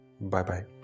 Bye-bye